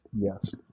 Yes